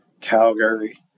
Calgary